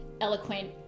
eloquent